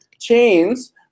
Chains